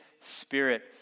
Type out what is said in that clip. spirit